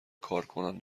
کارکنان